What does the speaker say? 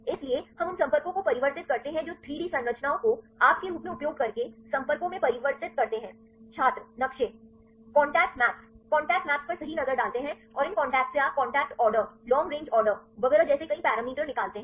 इसलिए हम उन संपर्कों को परिवर्तित करते हैं जो 3 डी संरचनाओं को आप के रूप में उपयोग करके संपर्कों में परिवर्तित करते हैं छात्र नक्शे कॉन्टैक्ट मैप्स कॉन्टेक्ट मैप्स पर सही नज़र डालते हैं और इन कॉन्टैक्ट्स से आप contact order long range order वगैरह जैसे कई पैरामीटर निकालते हैं